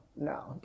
no